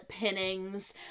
pinnings